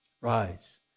Rise